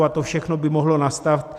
A to všechno by mohlo nastat.